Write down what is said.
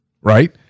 right